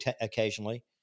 Occasionally